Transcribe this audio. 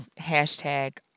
hashtag